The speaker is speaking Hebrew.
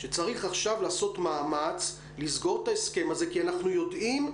שצריך עכשיו לעשות מאמץ לסגור את ההסכם הזה כי אנחנו יודעים,